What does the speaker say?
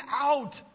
out